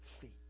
feet